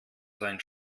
sein